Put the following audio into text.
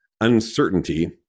uncertainty